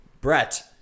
Brett